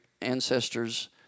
ancestors